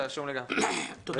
לא